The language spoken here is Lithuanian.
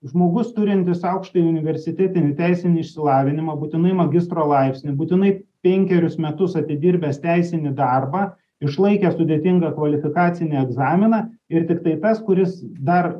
žmogus turintis aukštąjį universitetinį teisinį išsilavinimą būtinai magistro laipsnį būtinai penkerius metus atidirbęs teisinį darbą išlaikęs sudėtingą kvalifikacinį egzaminą ir tiktai tas kuris dar